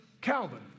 Calvin